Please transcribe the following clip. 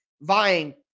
vying